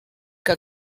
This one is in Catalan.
que